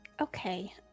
Okay